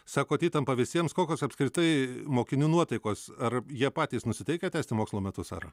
sakot įtampa visiems kokios apskritai mokinių nuotaikos ar jie patys nusiteikę tęsti mokslo metus ar